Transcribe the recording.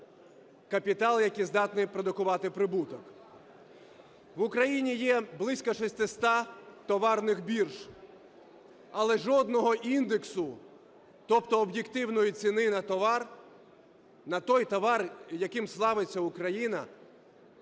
капітал, який здатний продукувати прибуток. В Україні є близько 600 товарних бірж, але жодного індексу, тобто об'єктивної ціни на товар, на той товар, яким славиться Україна,